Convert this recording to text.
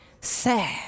sad